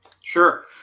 Sure